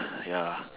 ya